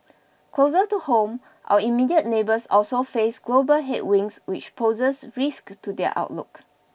closer to home our immediate neighbours also face global headwinds which poses risks to their outlook